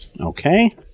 Okay